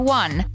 one